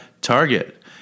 Target